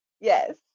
Yes